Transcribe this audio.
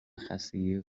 خستگی